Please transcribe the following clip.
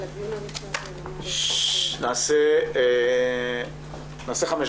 הישיבה ננעלה בשעה